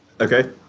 Okay